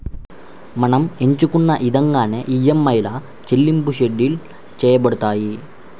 మనం ఎంచుకున్న ఇదంగానే ఈఎంఐల చెల్లింపులు షెడ్యూల్ చేయబడతాయి